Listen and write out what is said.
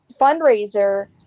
fundraiser